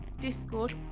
discord